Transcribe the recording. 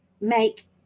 make